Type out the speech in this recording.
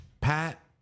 pat